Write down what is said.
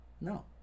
No